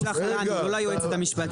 תשלח לנו, לא ליועצת המשפטית.